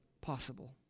possible